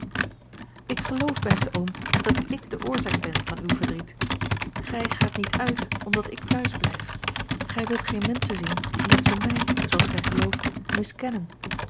ik geloof beste oom dat ik de oorzaak ben van uw verdriet gij gaat niet uit omdat ik thuis blijf gij wilt geen menschen zien omdat ze mij zooals gij gelooft miskennen